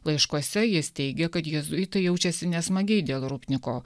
laiškuose jis teigia kad jėzuitai jaučiasi nesmagiai dėl rupniko